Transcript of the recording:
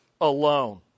alone